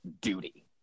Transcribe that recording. duty